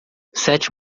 sete